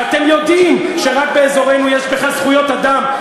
ואתם יודעים שרק באזורנו יש בכלל זכויות אדם,